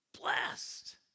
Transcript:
Blessed